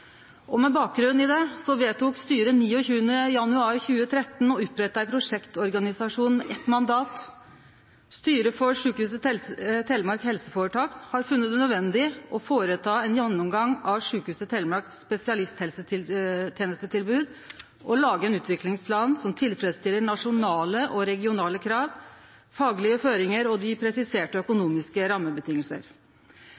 Telemark. Med bakgrunn i det vedtok styret 29. januar 2013 å opprette ein prosjektorganisasjon med eit mandat: «Styret har funnet det nødvendig å foreta en gjennomgang av Sykehuset Telemarks spesialisthelsetjenestetilbud og har bedt administrerende direktør lage en utviklingsplan som tilfredsstiller nasjonale og regionale krav, faglige føringer og de presiserte